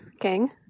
King